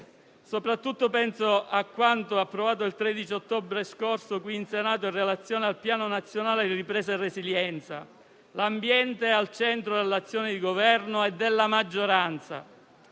soprattutto a quanto approvato il 13 ottobre scorso qui in Senato in relazione al Piano nazionale di ripresa e resilienza. L'ambiente è al centro dell'azione di Governo e della maggioranza